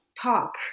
talk